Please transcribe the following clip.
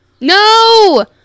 No